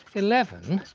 eleven,